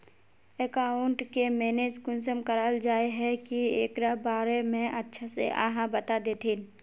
Account के manage कुंसम कराल जाय है की एकरा बारे में अच्छा से आहाँ बता देतहिन?